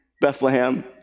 Bethlehem